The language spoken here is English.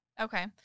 Okay